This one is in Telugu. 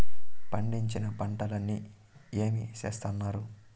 పండించిన పంటలని ఏమి చేస్తున్నారు?